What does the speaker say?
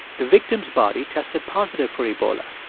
the victim's body tested positive for ebola.